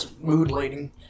mood-lighting